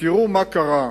ותראו מה קרה.